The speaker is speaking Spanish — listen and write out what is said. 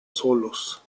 solos